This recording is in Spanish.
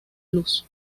luz